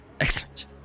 excellent